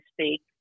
speak